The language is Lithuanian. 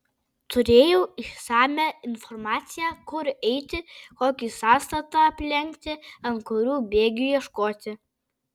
turėjau išsamią informaciją kur eiti kokį sąstatą aplenkti ant kurių bėgių ieškoti